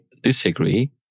disagree